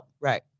right